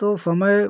तो समय